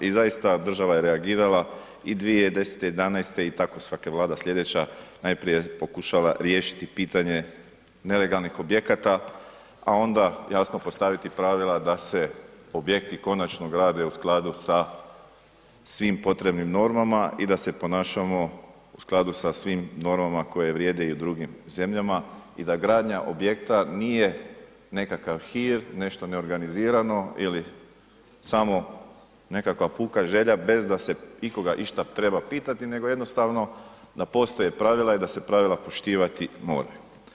I zaista, država je reagirala i 2010., 2011., i tako svaka Vlada slijedeća najprije pokušala riješiti pitanje nelegalnih objekata, a onda jasno postaviti pravila da se objekti konačno grade u skladu sa svim potrebnim normama i da se ponašamo u skladu sa svim normama koje vrijede i u drugim zemljama i da gradnja objekta nije nekakav hir, nešto neorganizirano ili samo nekakva puka želja bez da se ikoga išta treba pitati, nego jednostavno da postoje pravila i da se pravila poštivati moraju.